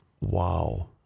Wow